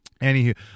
anywho